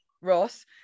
Ross